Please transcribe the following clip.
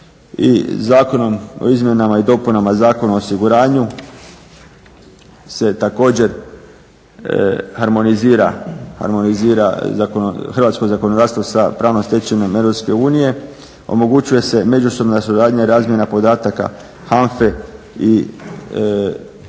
I Zakonom o izmjenama i dopunama Zakona o osiguranju se također harmonizira hrvatsko zakonodavstvo sa pravnom stečevinom EU, omogućuje se međusobna suradnja i razmjena podataka HANFA-e